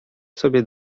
sobie